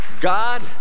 God